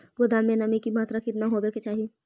गोदाम मे नमी की मात्रा कितना होबे के चाही?